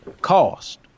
cost